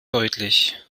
deutlich